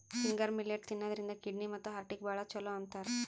finger millet ತಿನ್ನದ್ರಿನ್ದ kidney ಮತ್ತ್ ಹಾರ್ಟಿಗ್ ಭಾಳ್ ಛಲೋ ಅಂತಾರ್